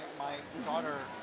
my daughter,